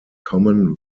common